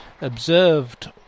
observed